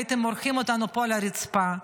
הייתם מורחים אותנו פה על הרצפה.